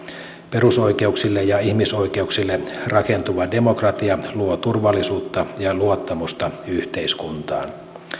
perusoikeuksille ja ihmisoikeuksille rakentuva demokratia luo turvallisuutta ja luottamusta yhteiskuntaan